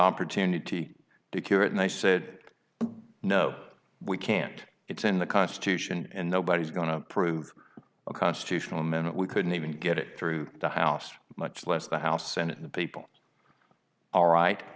opportunity to cure it and i said no we can't it's in the constitution and nobody's going to approve a constitutional amendment we couldn't even get it through the house much less the house and the people all right